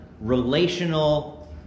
relational